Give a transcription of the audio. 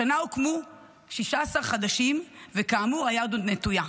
השנה הוקמו 16 חודשים, וכאמור היד עוד נטויה.